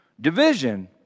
division